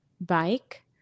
bike